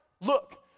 Look